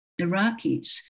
Iraqis